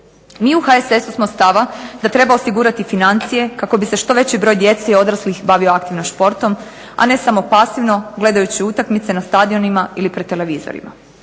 Mi u HSS-u smo stava da treba osigurati financije kako bi se što veći broj djece i odraslih bavio aktivno športom, a ne samo pasivno gledajući utakmice na stadionima ili pred televizorima.